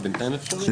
בינתיים אפשרי.